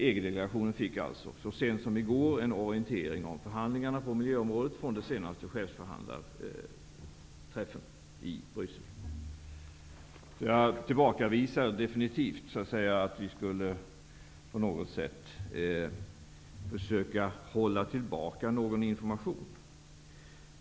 EG-delegationen fick så sent som i går en orientering om förhandlingarna på miljöområdet efter den senaste chefsförhandlarträffen i Bryssel. Jag tillbakavisar definitivt att vi på något sätt skulle försöka hålla tillbaka någon information.